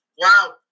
Wow